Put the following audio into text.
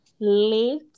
late